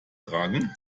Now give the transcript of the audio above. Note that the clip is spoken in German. tragen